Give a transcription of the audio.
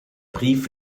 brief